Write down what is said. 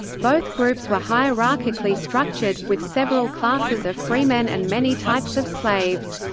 both groups were hierarchically structured, with several classes of freemen and many types of slaves.